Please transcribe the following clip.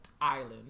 island